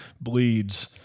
bleeds